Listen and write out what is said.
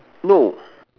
no